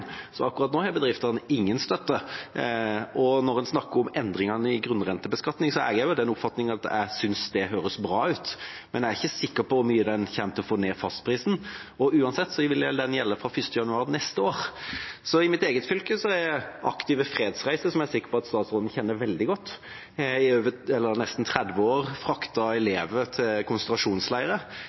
så akkurat nå har bedriftene ingen støtte. Når en snakker om endringene i grunnrentebeskatning, er jeg av den oppfatning at det høres bra ut, men jeg er ikke sikker på hvor mye det kommer til å få ned fastprisen. Uansett vil det gjelde fra 1. januar neste år. I mitt eget fylke har Aktive Fredsreiser, som jeg er sikker på at statsråden kjenner veldig godt, i nesten 30 år fraktet elever til